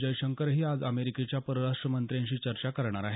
जयशंकरही आज अमेरिकेच्या परराष्ट्रमंत्र्यांशी चर्चा करणार आहेत